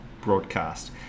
broadcast